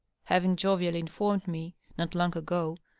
having jovially informed me, not long ago,